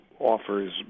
offers